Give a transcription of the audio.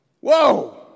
Whoa